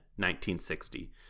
1960